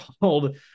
called